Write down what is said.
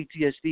PTSD